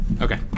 Okay